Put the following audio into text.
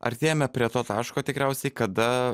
artėjame prie to taško tikriausiai kada